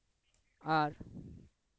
ᱟᱨ